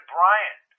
Brian